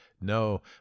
No